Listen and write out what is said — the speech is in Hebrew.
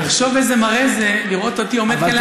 תחשוב איזה מראה זה לראות אותי עומד כאן ליד המיקרופון,